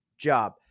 job